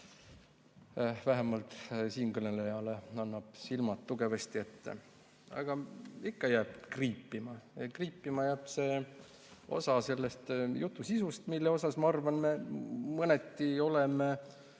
Vähemalt siinkõnelejale annab silmad ette. Aga ikka jääb kriipima. Kriipima jääb see osa selle jutu sisust, mille osas me mõneti oleme,